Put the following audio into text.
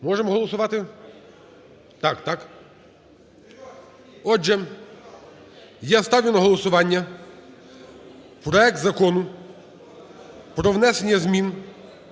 Можемо голосувати, так? Отже, я ставлю на голосування проект Закону про внесення змін